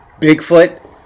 Bigfoot